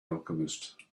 alchemist